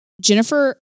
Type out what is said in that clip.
Jennifer